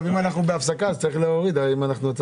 אם אפשר לשאול מראש, מנדלבליט ב-זום?